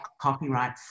copyright